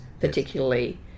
particularly